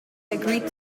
agreed